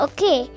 Okay